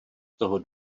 toho